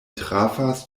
trafas